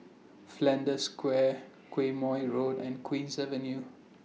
Flanders Square Quemoy Road and Queen's Avenue